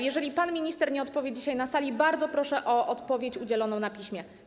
Jeżeli pan minister nie odpowie dzisiaj na sali, bardzo proszę o odpowiedź na piśmie.